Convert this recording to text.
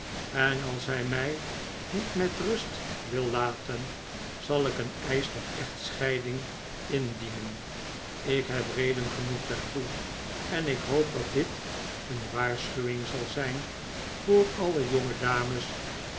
en als hij mij niet met rust wil laten zal ik een eisch tot echtscheiding indienen ik heb reden genoeg daartoe en ik hoop dat dit een waarschuwing zal zijn voor alle jongedames